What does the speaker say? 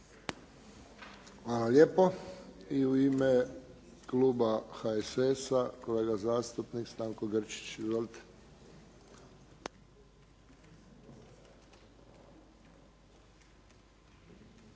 Hvala lijepo. I u ime Kluba HSS-a kolega zastupnik Stanko Grčić. Izvolite.